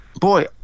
Boy